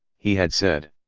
he had said.